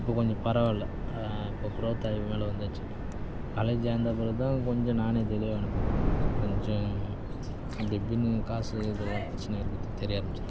இப்போ கொஞ்சம் பரவாயில்லை இப்போ க்ரோவ்த் ஆகி மேலே வந்தாச்சு காலேஜ் வந்த அப்புறம் தான் கொஞ்சம் நானே தெளிவானது கொஞ்சம் அப்படி இப்படினு காசு பிரச்சனையாக இருக்கிறது தெரிய ஆரம்மித்தது